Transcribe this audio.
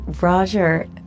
Roger